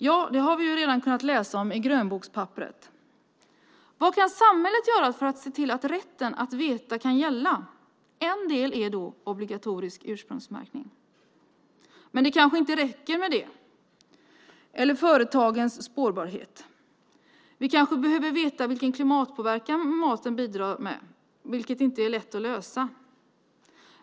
Ja, det har vi redan kunnat läsa om i grönbokspapperet. Vad kan samhället göra för att se till att rätten att veta kan gälla? En del är obligatorisk ursprungsmärkning. Men det kanske inte räcker med det eller med företagens spårbarhet. Vi kanske behöver veta vilken klimatpåverkan maten bidrar till, vilket inte är lätt att lösa.